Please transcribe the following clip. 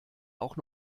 auch